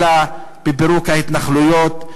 אלא בפירוק ההתנחלויות,